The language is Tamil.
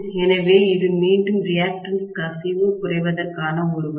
எனவே இது மீண்டும் ரியாக்டன்ஸ் கசிவு குறைவதற்கான ஒரு வழி